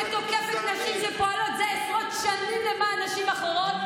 שתוקפת נשים שפועלות זה עשרות שנים למען נשים אחרות,